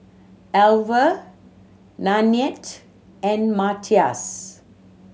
Alvah Nanette and Mathias